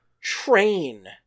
Train